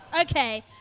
Okay